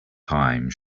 thyme